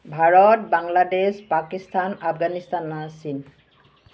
ভাৰত বাংলাদেশ পাকিস্তান আফগানিস্তান আৰু চীন